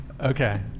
okay